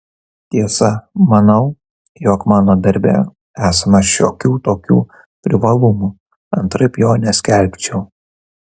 tiesa manau jog mano darbe esama šiokių tokių privalumų antraip jo neskelbčiau